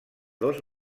dos